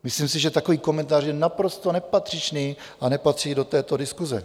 Myslím si, že takový komentář je naprosto nepatřičný a nepatří do této diskuse.